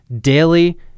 daily